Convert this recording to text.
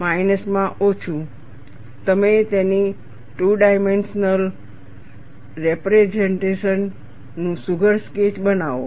માઇનસમાં ઓછું તમે તેની ટૂ ડાઈમેન્શનલ રેપરેઝન્ટેશન નું સુઘડ સ્કેચ બનાવો